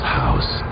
house